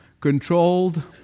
controlled